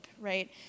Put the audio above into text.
Right